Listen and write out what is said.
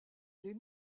les